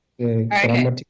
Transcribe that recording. Okay